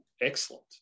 excellent